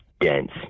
dense